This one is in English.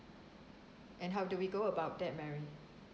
and how do we go about that mary